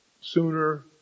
sooner